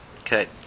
Okay